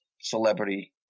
celebrity